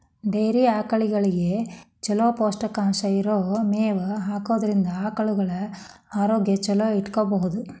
dairy ಆಕಳಗಳಿಗೆ ಚೊಲೋ ಪೌಷ್ಟಿಕಾಂಶ ಇರೋ ಮೇವ್ ಹಾಕೋದ್ರಿಂದ ಆಕಳುಗಳ ಆರೋಗ್ಯ ಚೊಲೋ ಇಟ್ಕೋಬಹುದು